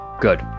Good